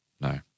no